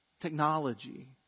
technology